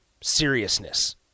seriousness